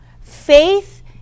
Faith